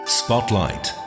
Spotlight